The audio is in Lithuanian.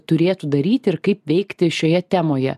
turėtų daryti ir kaip veikti šioje temoje